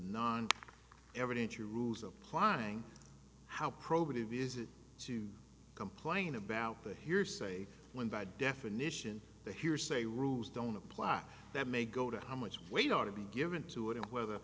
non evident your rules applying how probity visit to complain about the hearsay when by definition the hearsay rules don't apply that may go to how much weight ought to be given to it and whether